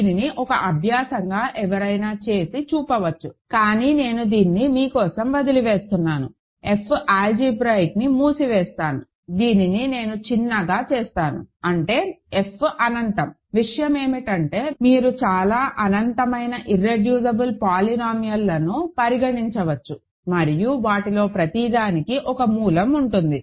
దీనిని ఒక అభ్యాసంగా ఎవరైనా చేసి చూపవచ్చు కానీ నేను దీన్ని మీ కోసం వదిలివేస్తాను F ఆల్జీబ్రాయిక్ ని మూసివేస్తాను దీనిని నేను చిన్నదిగా చేస్తాను అంటే F అనంతం విషయం ఏమిటంటే మీరు చాలా అనంతమైన ఇర్రెడ్యూసిబుల్ పోలినామియల్ లను పరిగణించవచ్చు మరియు వాటిలో ప్రతిదానికి ఒక మూలం ఉంటుంది